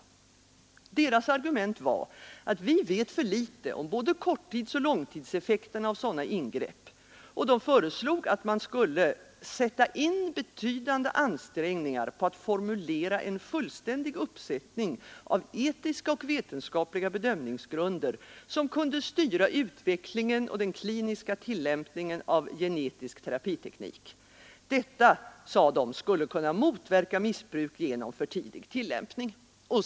Deras argument var att vi vet för litet om både korttidsoch långtidseffekterna av sådana ingrepp, och de föreslog att man skulle sätta in betydande ansträngningar på att formulera en fullständig uppsättning av etiska och vetenskapliga bedömningsgrunder, som kunde styra utvecklingen och den kliniska tillämpningen av genetisk terapiteknik. Detta skulle kunna, sade de, motverka missbruk genom för tidig tillämpning.